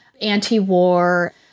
anti-war